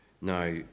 Now